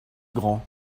grand